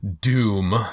doom